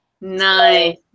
Nice